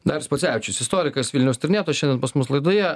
darius pocevičius istorikas vilniaus tyrinėtojas šiandien pas mus laidoje